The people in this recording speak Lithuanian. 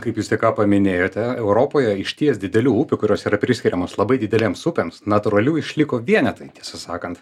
kaip jūs tik ką paminėjote europoje išties didelių upių kurios yra priskiriamos labai didelėms upėms natūralių išliko vienetai tiesą sakant